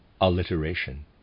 alliteration